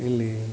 ಇಲ್ಲಿ